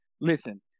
listen